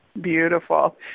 beautiful